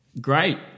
great